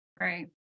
Right